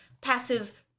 passes